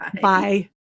Bye